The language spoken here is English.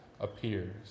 appears